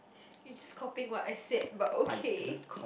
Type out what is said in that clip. you just copying what I said but okay